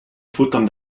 futtern